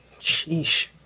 Sheesh